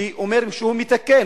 שאומר שהוא מתקן.